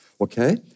okay